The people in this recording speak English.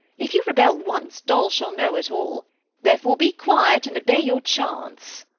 if you rebel once, dol shall know it all therefore be quiet, and obey your chance.